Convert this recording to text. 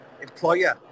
employer